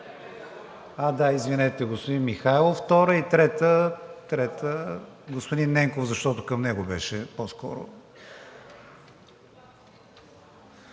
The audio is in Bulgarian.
първа. Извинете, господин Михайлов – втора. И трета господин Ненков, защото към него беше по-скоро…